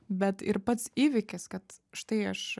bet ir pats įvykis kad štai aš